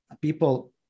people